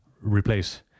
replace